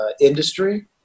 industry